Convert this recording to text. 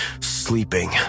sleeping